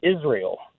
Israel